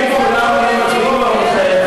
אם כולם היו מצביעים עבורכם,